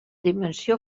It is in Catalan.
dimensió